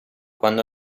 quando